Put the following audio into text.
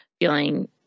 feeling